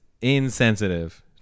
insensitive